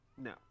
No